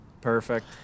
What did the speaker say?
Perfect